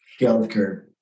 healthcare